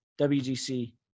WGC